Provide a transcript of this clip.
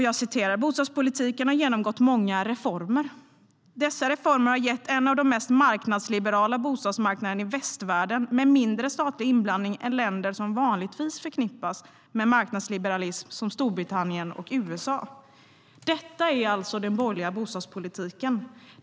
Jag citerar: "Bostadspolitiken har genomgått många reformer. Dessa reformer har gett en av de mest marknadsliberala bostadsmarknaderna i västvärlden med mindre statlig inblandning än länder som vanligtvis förknippas med marknadsliberalism som Storbritannien och USA." Detta är alltså den borgerliga bostadspolitiken!